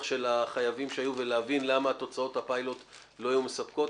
של החייבים שהיו ולהבין למה תוצאות הפיילוט לא היו מספקות.